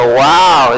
wow